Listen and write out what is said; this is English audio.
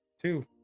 Two